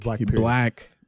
black